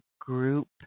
group